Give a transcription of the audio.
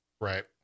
Right